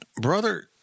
brother